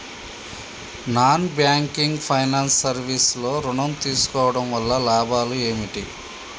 Non banking finance service లో ఋణం తీసుకోవడం వల్ల లాభాలు ఏమిటి?